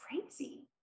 crazy